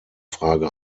frage